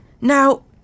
now